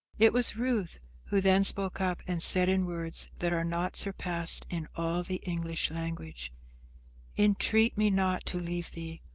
it was ruth who then spoke up and said in words that are not surpassed in all the english language intreat me not to leave thee,